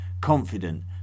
confident